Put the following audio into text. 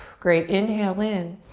great, inhale in.